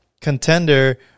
contender